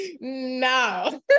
no